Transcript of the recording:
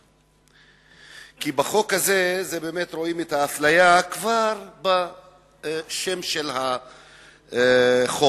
כי בחוק הזה רואים את האפליה כבר בשם של החוק,